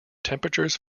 temperatures